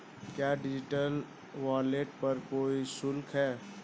क्या digital wallet पर कोई शुल्क है?